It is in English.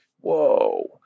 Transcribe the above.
whoa